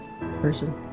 person